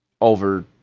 over